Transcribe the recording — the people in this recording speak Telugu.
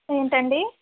ఏంటండీ